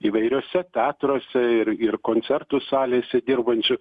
įvairiuose teatruose ir ir koncertų salėse dirbančių